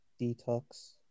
detox